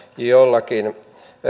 jollakin